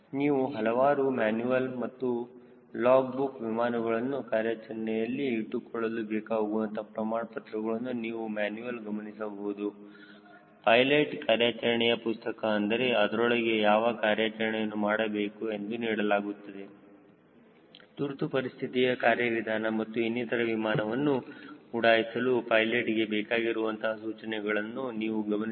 ನೀವು ಹಲವಾರು ಮ್ಯಾನುಯೆಲ್ ಮತ್ತು ಲಾಗ್ ಬುಕ್ ವಿಮಾನವನ್ನು ಕಾರ್ಯಾಚರಣೆಯಲ್ಲಿ ಇಟ್ಟುಕೊಳ್ಳಲು ಬೇಕಾಗುವಂತಹ ಪ್ರಮಾಣಪತ್ರಗಳನ್ನು ನೀವು ಮ್ಯಾನುಯೆಲ್ಗಳಲ್ಲಿ ಗಮನಿಸಬಹುದು ಪೈಲೆಟ್ ಕಾರ್ಯಾಚರಣೆಯ ಪುಸ್ತಕ ಅಂದರೆ ಅದರೊಳಗೆ ಹೇಗೆ ಕಾರ್ಯಾಚರಣೆಯನ್ನು ಮಾಡಬೇಕು ಎಂದು ನೀಡಲಾಗುತ್ತದೆ ತುರ್ತುಪರಿಸ್ಥಿತಿಯ ಕಾರ್ಯವಿಧಾನ ಮತ್ತು ಇನ್ನಿತರೆ ವಿಮಾನವನ್ನು ಉಡಾಯಿಸಲು ಪೈಲೆಟ್ ಗೆ ಬೇಕಾಗಿರುವಂತಹ ಸೂಚನೆಗಳನ್ನು ನೀವು ಗಮನಿಸಬಹುದು